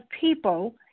people